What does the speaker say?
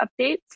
updates